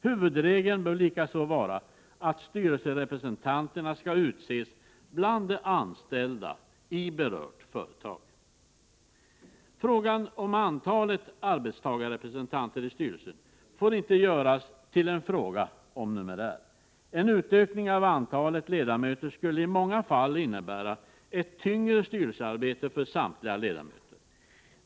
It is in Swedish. Huvudregeln bör likaså vara att styrelserepresentanterna skall utses bland de anställda i berört företag. Frågan om antalet arbetstagarrepresentanter i styrelser får inte göras till en fråga om numerär. En utökning av antalet ledamöter skulle i många fall innebära ett tyngre styrelsearbete för samtliga ledamöter.